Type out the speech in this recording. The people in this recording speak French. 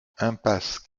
impasse